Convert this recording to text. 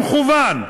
במכוון.